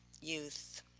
youth,